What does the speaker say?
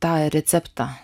tą receptą